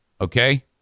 Okay